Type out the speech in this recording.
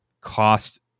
cost